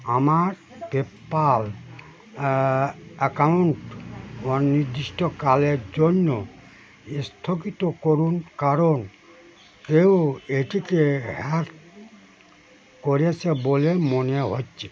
আমার PayPal account অনির্দিষ্টকালের জন্য স্থগিত করুন কারণ কেউ এটিকে হ্যাক করেছে বলে মনে হচ্ছে